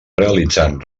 realitzant